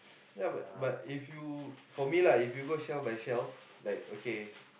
ya but but if you for me lah if you go shelf by shelf like okay